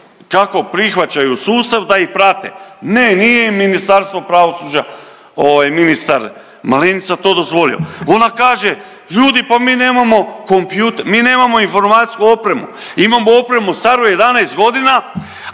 kako prihvaćaju u sustav, da ih prate. Ne, nije im Ministarstvo pravosuđa, ministar Malenica to dozvolio. Ona kaže, ljudi, pa mi nemamo kompjuter, mi nemamo informatičku opremu, imamo opremu staru 11 godina,